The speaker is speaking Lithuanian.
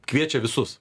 kviečia visus